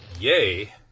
yay